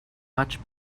much